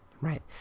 right